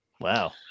Wow